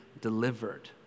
delivered